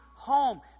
home